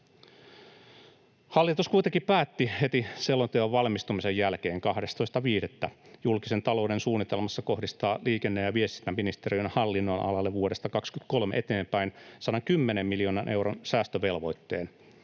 Hallitus kuitenkin päätti heti selonteon valmistumisen jälkeen 12.5. kohdistaa julkisen talouden suunnitelmassa liikenne‑ ja viestintäministeriön hallinnonalalle vuodesta 23 eteenpäin 110 miljoonan euron säästövelvoitteen.